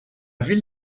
ville